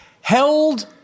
held